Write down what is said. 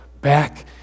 back